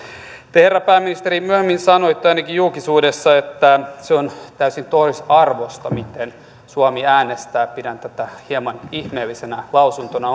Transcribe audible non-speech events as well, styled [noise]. te herra pääministeri myöhemmin sanoitte ainakin julkisuudessa että se on täysin toisarvoista miten suomi äänestää pidän tätä hieman ihmeellisenä lausuntona [unintelligible]